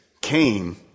came